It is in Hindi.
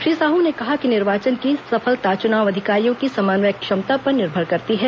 श्री साह ने कहा कि निर्वाचन की सफलता चुनाव अधिकारियों की समन्वय क्षमता पर निर्भर करती है